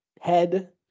head